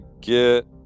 get